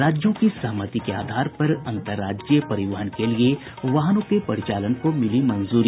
राज्यों की सहमति के आधार पर अंतरराज्यीय परिवहन के लिए वाहनों के परिचालन को मिली मंजूरी